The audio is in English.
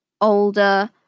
older